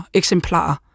eksemplarer